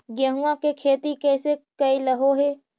गेहूआ के खेती कैसे कैलहो हे?